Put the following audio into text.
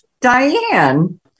Diane